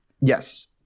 Yes